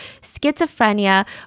schizophrenia